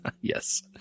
Yes